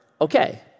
okay